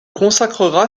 consacrera